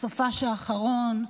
בסופ"ש האחרון,